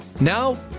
Now